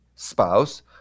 spouse